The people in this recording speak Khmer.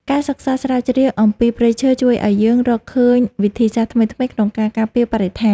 ការសិក្សាស្រាវជ្រាវអំពីព្រៃឈើជួយឱ្យយើងរកឃើញវិធីសាស្ត្រថ្មីៗក្នុងការការពារបរិស្ថាន។